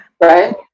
Right